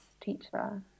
teacher